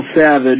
Savage